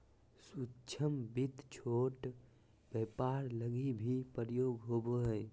सूक्ष्म वित्त छोट व्यापार लगी भी प्रयोग होवो हय